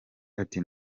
ati